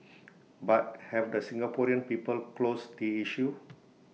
but have the Singaporean people closed the issue